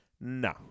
No